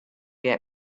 get